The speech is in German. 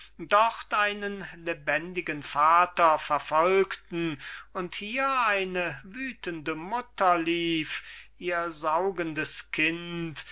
dort einen lebendigen vater verfolgten und hier eine wüthende mutter lief ihr saugendes kind